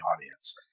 audience